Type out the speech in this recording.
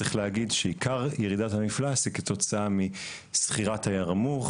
צריך להגיד שעיקר ירידת המפלס היא כתוצאה מסכירת הירמוך